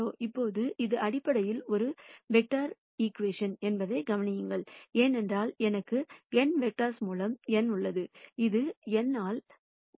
இப்போது இது அடிப்படையில் ஒரு வெக்டர் ஈகிவேஷன் என்பதைக் கவனியுங்கள் ஏனென்றால் எனக்கு n வெக்டர்ஸ் மூலம் n உள்ளது இது n ஆல் 1 ஆகும்